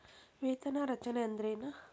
ವೇತನ ರಚನೆ ಅಂದ್ರೆನ?